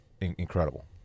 incredible